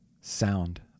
sound